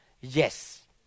Yes